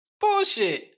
Bullshit